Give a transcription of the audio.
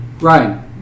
Ryan